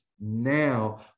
now